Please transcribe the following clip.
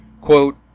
quote